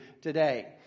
today